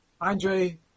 Andre